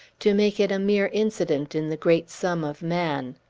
to make it a mere incident in the great sum of man.